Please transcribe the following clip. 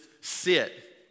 sit